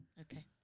Okay